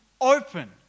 open